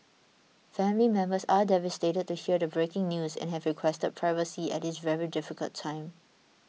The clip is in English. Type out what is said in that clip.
family members are devastated to hear the breaking news and have requested privacy at this very difficult time